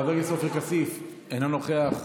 חבר הכנסת עופר כסיף, אינו נוכח,